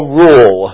rule